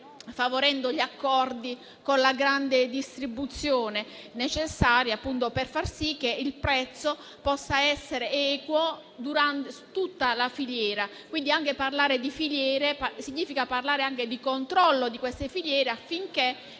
favorendo gli accordi con la grande distribuzione, necessari per far sì che il prezzo possa essere equo per tutta la filiera. Quindi, parlare di filiere significa parlare anche del loro controllo, affinché